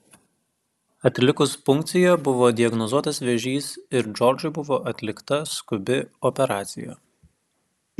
atlikus punkciją buvo diagnozuotas vėžys ir džordžui buvo atlikta skubi operacija